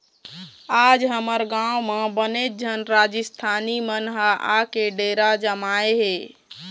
आज हमर गाँव म बनेच झन राजिस्थानी मन ह आके डेरा जमाए हे